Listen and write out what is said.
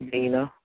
Nina